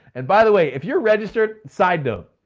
and by the way, if you're registered, side note,